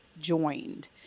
joined